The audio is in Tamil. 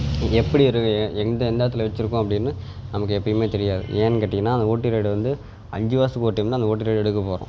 இது எப்படி இருக்குது எந்த எந்த இடத்துல வெச்சுருக்கோம் அப்படின்னு நமக்கு எப்போயுமே தெரியாது ஏன்னு கேட்டீங்கன்னால் அந்த ஓட்டர் ஐடி வந்து அஞ்சு வருடத்துக்கு ஒரு டைம் தான் அந்த ஓட்டர் ஐடி எடுக்கப் போகிறோம்